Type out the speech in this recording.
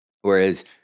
Whereas